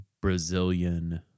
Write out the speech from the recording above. Brazilian